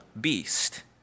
beast